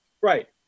Right